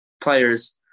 players